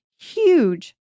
huge